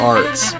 Arts